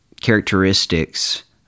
characteristics